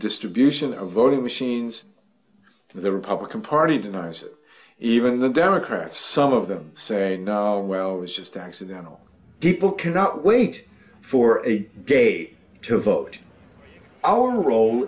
distribution of voting machines the republican party denies even the democrats some of them saying well it was just hours ago people cannot wait for a day to vote our role